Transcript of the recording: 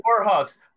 Warhawks